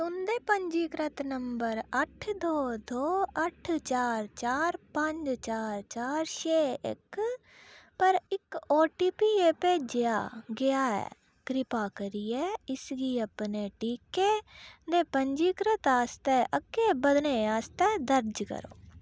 तुं'दे पंजीकृत नंबर अट्ठ दो दो अट्ठ चार चार पंज चार चार छे इक पर इक ओ टी पी ऐ भेजेआ गेआ ऐ कृपा करियै इसगी अपने टीके दे पंजीकृत आस्तै अग्गें बधने आस्तै दर्ज करो